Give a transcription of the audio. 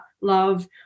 love